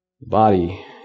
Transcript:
body